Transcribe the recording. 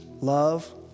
Love